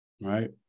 right